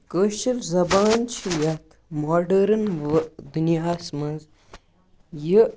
کٲشٕر زبان چھِ یَتھ ماڑٲرٕن دُنیاہَس مَنٛز یہِ